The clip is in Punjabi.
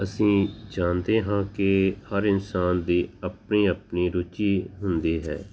ਅਸੀਂ ਜਾਣਦੇ ਹਾਂ ਕਿ ਹਰ ਇਨਸਾਨ ਦੀ ਆਪਣੀ ਆਪਣੀ ਰੁਚੀ ਹੁੰਦੀ ਹੈ